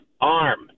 arm